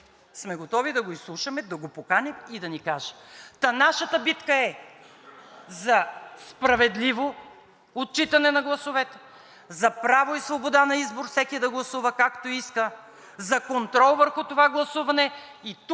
готови сме да го изслушаме, да го поканим и да ни каже. Та нашата битка е за справедливо отчитане на гласовете, за право и свобода на избор всеки да гласува, както иска, за контрол върху това гласуване и тук